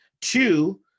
Two